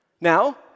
Now